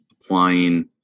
applying